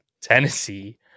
Tennessee